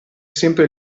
sempre